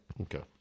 Okay